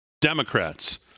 Democrats